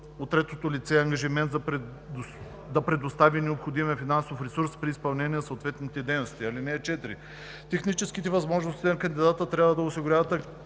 от третото лице ангажимент да предостави необходимия финансов ресурс при изпълнение на съответните дейности. (4) Техническите възможности на кандидата трябва да осигуряват